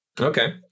Okay